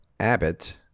Abbott